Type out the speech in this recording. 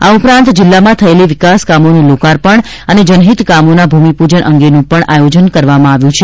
આ ઉપરાંત જિલ્લામાં થયેલી વિકાસ કામોનું લોકાર્પણ અને જનહિત કામોના ભૂમિપૂજન અંગેનું પણ આયોજન કરવામાં આવ્યું છે